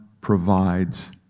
provides